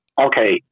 okay